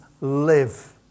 live